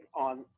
on